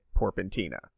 Porpentina